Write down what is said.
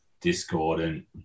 discordant